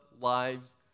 lives